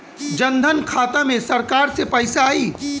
जनधन खाता मे सरकार से पैसा आई?